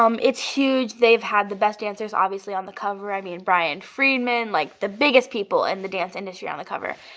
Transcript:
um it's huge. they've had the best dancers, obviously, on the cover. i mean, brian friedman, like the biggest people in and the dance industry on the cover.